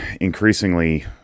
increasingly